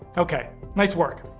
okay, nice work.